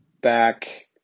back